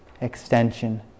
extension